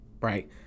right